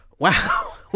Wow